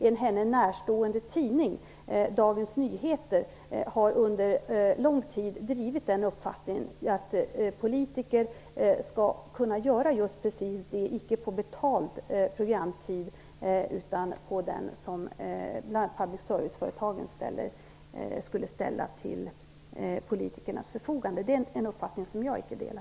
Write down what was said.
En henne närstående tidning, Dagens Nyheter, har nämligen under lång tid drivit uppfattningen att politiker skall kunna göra just detta, inte på betald programtid utan på tid som public service-företagen skulle ställa till politikernas förfogande. Det är en uppfattning som jag inte delar.